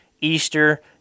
Easter